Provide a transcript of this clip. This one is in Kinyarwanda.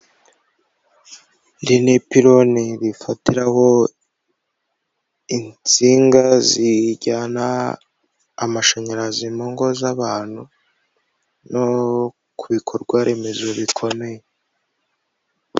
Iri ni ipironi rifatiraho insinga zijyana amashanyarazi mu ngo z'abantu, no ku bikorwaremezo bikomeye.